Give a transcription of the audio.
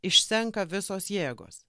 išsenka visos jėgos